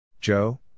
Joe